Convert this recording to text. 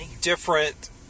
different